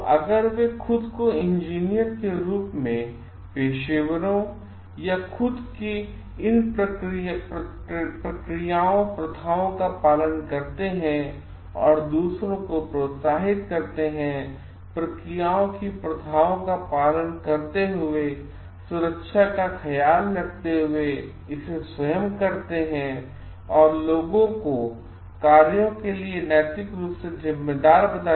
तो अगर वे खुद को इंजीनियर के रूप में पेशेवरोंवे खुद इन प्रक्रियाओं प्रथाओं का पालन करते हैं और दूसरों को प्रोत्साहित करते हैं प्रक्रियाओं की प्रथाओं का पालन करते हुए सुरक्षा का ख्याल रखते हुए इसे स्वयं करना और लोगों का कार्यों के लिए नैतिक रूप से जिम्मेदार होना